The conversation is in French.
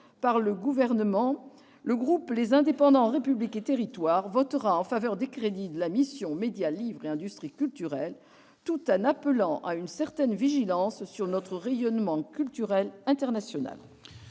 par le Gouvernement, le groupe Les Indépendants-République et Territoires votera en faveur des crédits de la mission « Médias, livre et industries culturelles », tout en appelant à une certaine vigilance sur notre rayonnement culturel international.